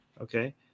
okay